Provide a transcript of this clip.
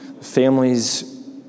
families